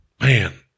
Man